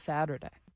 Saturday